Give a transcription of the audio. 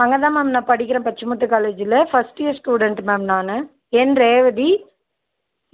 அங்கே தான் மேம் நான் படிக்கிறேன் பச்சமுத்து காலேஜில் ஃபர்ஸ்ட் இயர் ஸ்டூடண்ட்டு மேம் நான் என் ரேவதி